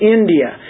India